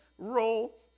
roll